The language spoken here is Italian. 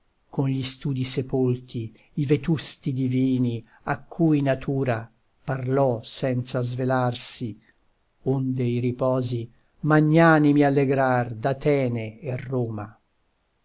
con gli studi sepolti i vetusti divini a cui natura parlò senza svelarsi onde i riposi magnanimi allegràr d'atene e roma